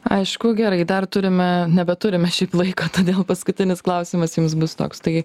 aišku gerai dar turime nebeturime šiaip laiko todėl paskutinis klausimas jums bus toks tai